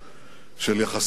של יחסיו עם ישראל.